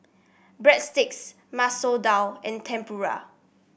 Breadsticks Masoor Dal and Tempura